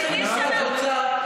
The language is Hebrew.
לכי למשרד האוצר,